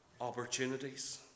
opportunities